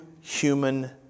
human